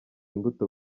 imbuto